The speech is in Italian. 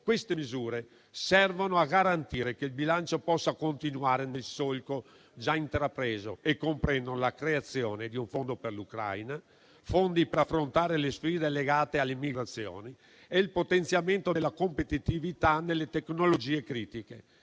Queste misure servono a garantire che il bilancio possa continuare nel solco già intrapreso e comprendono la creazione di un fondo per l'Ucraina, fondi per affrontare le sfide legate all'immigrazione e il potenziamento della competitività nelle tecnologie critiche.